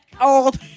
old